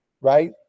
right